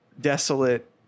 desolate